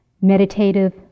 Meditative